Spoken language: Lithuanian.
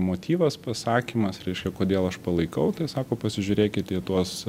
motyvas pasakymas reiškia kodėl aš palaikau tai sako pasižiūrėkit į tuos